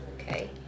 Okay